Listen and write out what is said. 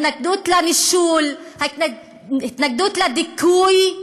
ההתנגדות לנישול, ההתנגדות לדיכוי,